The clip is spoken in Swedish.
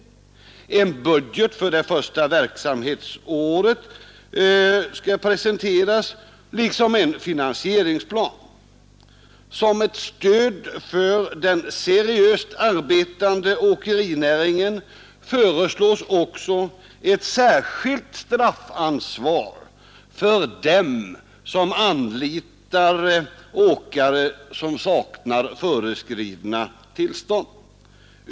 En budget för det första verksamhetsåret skall presenteras liksom en finansieringsplan, som ett stöd för den seriöst arbetande åkerinäringen föreslås också ett särskilt straffansvar för dem som anlitar åkare som saknar föreskrivna tillstånd.